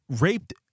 raped